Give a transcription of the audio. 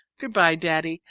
goodbye, daddy,